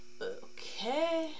Okay